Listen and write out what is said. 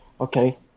Okay